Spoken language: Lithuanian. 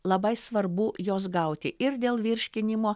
labai svarbu juos gauti ir dėl virškinimo